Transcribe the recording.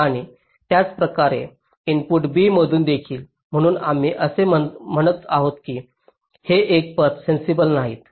आणि त्याच प्रकारे इनपुट b मधून देखील म्हणून आम्ही असे म्हणत आहोत की हे पथ सेन्सिबल नाहीत